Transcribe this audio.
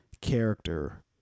character